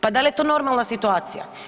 Pa da li je to normalna situacija?